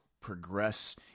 progress